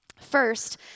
First